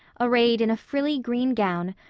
arrayed in a frilly green gown,